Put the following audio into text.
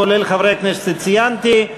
כולל חברי הכנסת שציינתי.